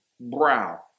brow